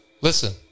Listen